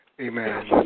Amen